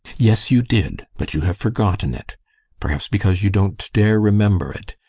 yes, you did, but you have forgotten it perhaps because you don't dare remember it.